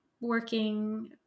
working